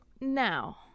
Now